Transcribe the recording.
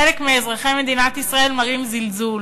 חלק מאזרחי מדינת ישראל מראים זלזול,